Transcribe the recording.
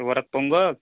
वरात पंगत